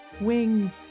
wing